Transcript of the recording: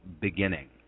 beginning